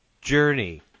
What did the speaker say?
journey